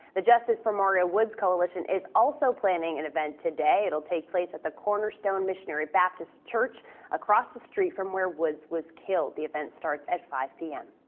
the justice for mario woods coalition is also planning an event today. it will take place at the cornerstone missionary baptist church across the street from where woods was killed. the event starts at five p m.